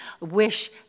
wish